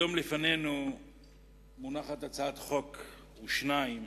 היום מונחות לפנינו הצעת חוק או שתיים,